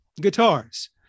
guitars